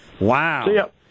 Wow